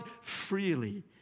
freely